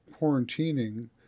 quarantining